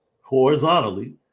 horizontally